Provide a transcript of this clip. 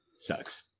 sucks